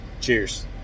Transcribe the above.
Cheers